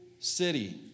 city